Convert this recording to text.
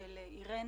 של אירינה,